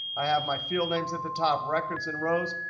i have my field names at the top, records and rows.